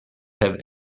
have